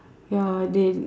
ya they